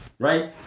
Right